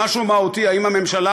המשהו המהותי הוא האם הממשלה,